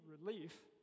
relief